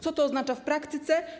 Co to oznacza w praktyce?